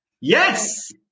Yes